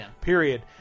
Period